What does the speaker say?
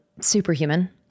Superhuman